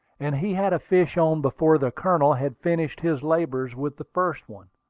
and he had a fish on before the colonel had finished his labors with the first one.